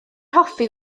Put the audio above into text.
hoffi